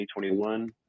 2021